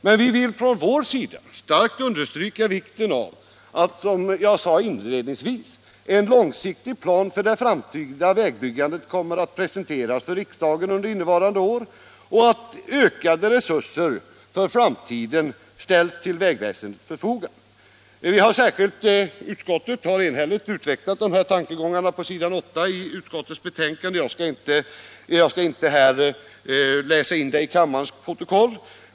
Men vi vill starkt understryka vikten av att, som jag sade inledningsvis, en långsiktig plan för det framtida vägbyggandet kommer att presenteras för riksdagen under innevarande år och att ökade resurser för framtiden ställs till vägväsendets förfogande. Utskottet har enhälligt uttalat dessa tankegångar på s. 8 i utskottsbetänkandet, och jag skall inte här läsa in detta i kammarens protokoll.